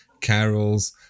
carols